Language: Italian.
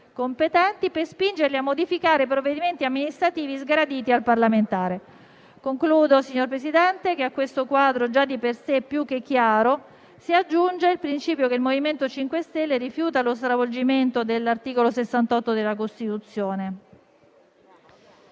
competenti, per spingerli a modificare i provvedimenti amministrativi sgraditi al parlamentare. Concludo, signor Presidente, dicendo che a questo quadro, già di per sé più che chiaro, si aggiunge il principio che il MoVimento 5 Stelle rifiuta lo stravolgimento dell'articolo 68 della Costituzione.